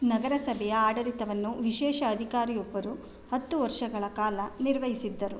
ನಗರಸಭೆಯ ಆಡಳಿತವನ್ನು ವಿಶೇಷ ಅಧಿಕಾರಿಯೊಬ್ಬರು ಹತ್ತು ವರ್ಷಗಳ ಕಾಲ ನಿರ್ವಹ್ಸಿದ್ದರು